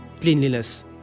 cleanliness